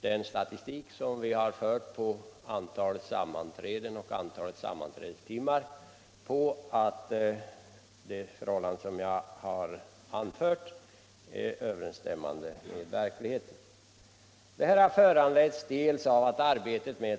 Den statistik som vi har fört över antal sammanträden och antal sammanträdestimmar tyder emellertid på att det förhållande som jag har anfört är överensstämmande med verkligheten.